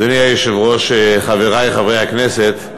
אדוני היושב-ראש, חברי חברי הכנסת,